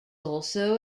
also